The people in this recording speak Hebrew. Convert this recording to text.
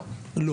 לא.